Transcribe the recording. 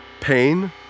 pain